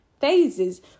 phases